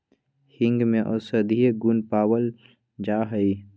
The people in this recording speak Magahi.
हींग में औषधीय गुण पावल जाहई